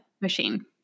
machine